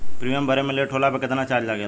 Premium भरे मे late होला पर केतना चार्ज लागेला?